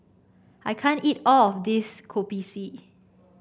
I can't eat all of this Kopi C